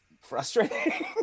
frustrating